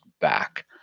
back